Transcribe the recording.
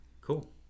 cool